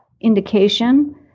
indication